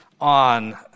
on